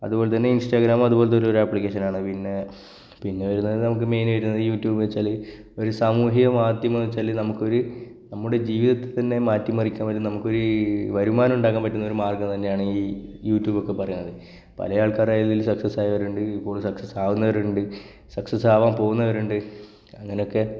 അതുപോലെ തന്നെ ഇന്സ്റ്റാഗ്രാമും അതുപോലത്തെ ഒരു അപ്ലിക്കേഷനാണ് പിന്നെ പിന്നെ വരുന്നത് നമുക്ക് മെയിനായിട്ടു യൂട്യൂബ് വെച്ചാൽ ഒരു സാമൂഹിക മാധ്യമം എന്നു വെച്ചാൽ നമുക്കൊരു നമ്മുടെ ജീവിതത്തെ തന്നെ മാറ്റിമറിക്കാന് പറ്റുന്ന നമുക്കൊരു വരുമാനം ഉണ്ടാക്കാന് പറ്റുന്നൊരു മാര്ഗ്ഗം തന്നെയാണ് ഈ യൂട്യൂബൊക്കെ പറയാന്ന് പലയാള്ക്കാർ അതിൽ സക്സസ് ആയവരുണ്ട് ഇപ്പോള് സക്സസ് ആകുന്നവരുണ്ട് സക്സസ് ആകാന് പോകുന്നവരുണ്ട് അങ്ങനെയൊക്കെ